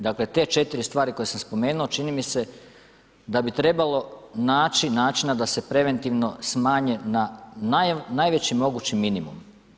Dakle, te 4 stvari koje sam spomenuo, čini mi se da bi trebalo naći načina da se preventivno smanji na najveći mogući minimum.